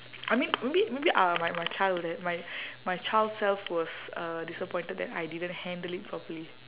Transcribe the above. I mean maybe maybe uh my my child would ha~ my my child self was uh disappointed that I didn't handle it properly